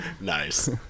Nice